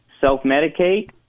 self-medicate